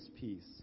peace